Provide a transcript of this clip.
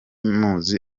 muzi